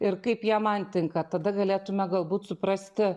ir kaip jie man tinka tada galėtume galbūt suprasti